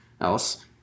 else